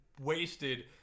wasted